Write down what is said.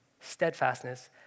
steadfastness